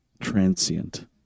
Transient